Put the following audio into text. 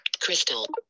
crystal